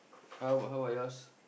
how how about yours